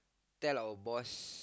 tell our boss